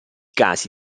casi